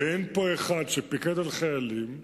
אין פה אחד שפיקד על חברים,